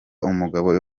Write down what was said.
umugabo